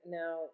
now